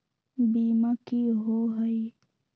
बीमा की होअ हई?